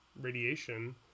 radiation